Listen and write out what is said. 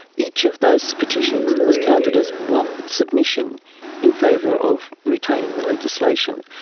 each of those petitions was counted as one submission in favour of retaining the legislation.